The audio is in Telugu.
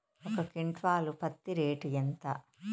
ఒక క్వింటాలు పత్తి రేటు ఎంత?